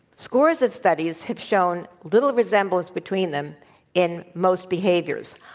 scores of studies have shown little resemblance between them in most behaviors.